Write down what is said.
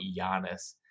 Giannis